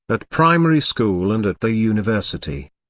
at primary school and at the university.